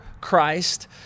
Christ